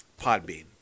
Podbean